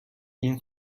این